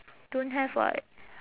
don't have [what]